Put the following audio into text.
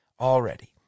already